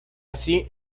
así